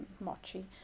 mochi